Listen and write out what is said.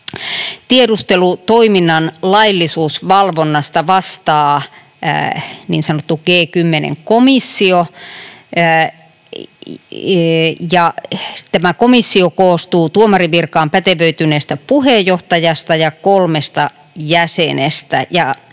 tiedustelutoiminnan laillisuusvalvonnasta vastaa niin sanottu G10-komissio, ja tämä komissio koostuu tuomarin virkaan pätevöityneestä puheenjohtajasta ja kolmesta jäsenestä.